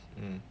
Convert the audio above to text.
hmm